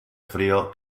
frío